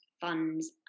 funds